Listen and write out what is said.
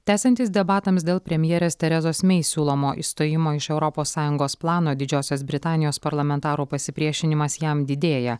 tęsiantis debatams dėl premjerės terezos mey siūlomo išstojimo iš europos sąjungos plano didžiosios britanijos parlamentarų pasipriešinimas jam didėja